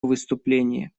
выступление